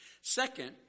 Second